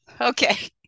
Okay